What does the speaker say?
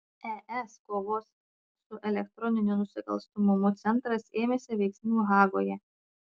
es kovos su elektroniniu nusikalstamumu centras ėmėsi veiksmų hagoje